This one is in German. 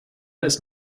ist